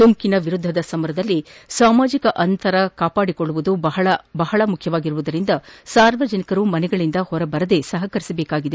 ಸೋಂಕಿನ ವಿರುದ್ಧದ ಸಮರದಲ್ಲಿ ಸಾಮಾಜಿಕ ಅಂತರ ಕಾಪಾಡಿಕೊಳ್ಳುವುದು ಬಹಳ ಬಹಳ ಮುಖ್ಯವಾಗಿರುವುದರಿಂದ ಸಾರ್ವಜನಿಕರು ಮನೆಗಳಿಂದ ಹೊರಬರದೇ ಸಹಕರಿಸಬೇಕಾಗಿದೆ